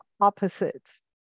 opposites